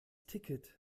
ticket